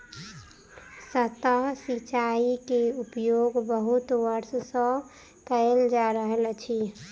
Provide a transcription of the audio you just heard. सतह सिचाई के उपयोग बहुत वर्ष सँ कयल जा रहल अछि